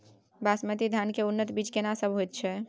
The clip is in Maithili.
बासमती धान के उन्नत बीज केना सब होयत छै?